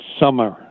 summer